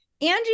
Angie